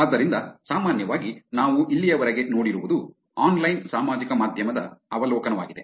ಆದ್ದರಿಂದ ಸಾಮಾನ್ಯವಾಗಿ ನಾವು ಇಲ್ಲಿಯವರೆಗೆ ನೋಡಿರುವುದು ಆನ್ಲೈನ್ ಸಾಮಾಜಿಕ ಮಾಧ್ಯಮದ ಅವಲೋಕನವಾಗಿದೆ